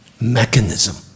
mechanism